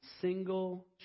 single